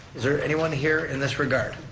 is there anyone here in this regard?